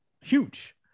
huge